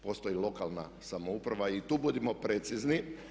Postoji lokalna samouprava i tu budimo precizni.